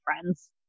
friends